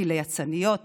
כי ליצאניות